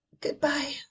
Goodbye